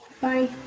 Bye